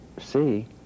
see